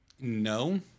No